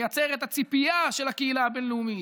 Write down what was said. מייצר את הציפייה של הקהילה הבין-לאומית,